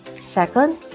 second